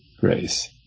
grace